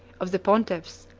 of the pontiffs,